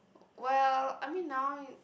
well I mean now